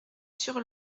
sur